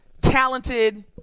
talented